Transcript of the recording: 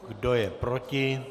Kdo je proti?